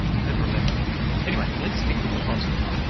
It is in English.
like never remember anyway, let's stick with the positive.